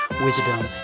wisdom